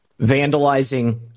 vandalizing